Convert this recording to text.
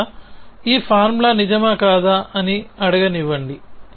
మొదట ఈ ఫార్ములా నిజమా కాదా అని అడగనివ్వండి